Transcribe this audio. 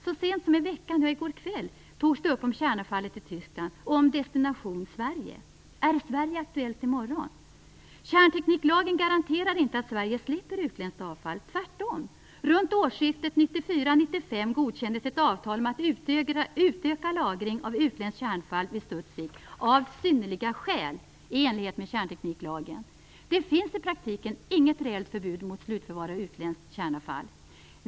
Så sent som i går kväll togs frågan om kärnavfallet i Tyskland och om destination Sverige upp. Är Kärntekniklagen garanterar inte att Sverige slipper utländskt avfall, tvärtom. Runt årskiftet 1994/95 godkändes ett avtal om att utöka lagring av utländskt kärnavfall vid Studsvik "av synnerliga skäl" i enlighet med kärntekniklagen. Det finns i praktiken inget reellt förbud mot slutförvar av utländskt kärnavfall.